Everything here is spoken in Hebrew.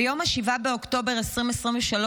ביום 7 באוקטובר 2023,